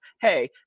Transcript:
Hey